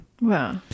Wow